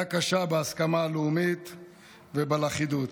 פגיעה קשה בהסכמה הלאומית ובלכידות.